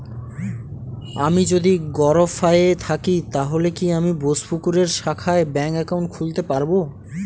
আমি যদি গরফায়ে থাকি তাহলে কি আমি বোসপুকুরের শাখায় ব্যঙ্ক একাউন্ট খুলতে পারবো?